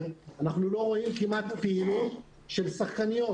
אנחנו כמעט לא רואים פעילות של שחקניות,